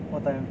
what time